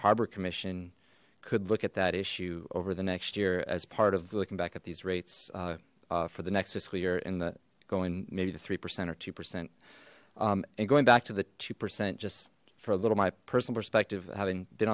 harbor commission could look at that issue over the next year as part of looking back at these rates for the next fiscal year in the going maybe the three percent or two percent and going back to the two percent just for a little my personal perspective having been